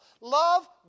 Love